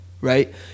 right